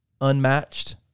unmatched